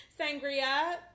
Sangria